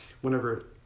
whenever